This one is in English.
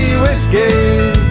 whiskey